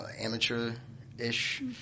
amateur-ish